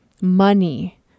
money